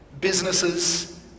businesses